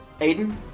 Aiden